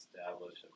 establish